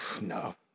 No